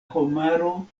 homaro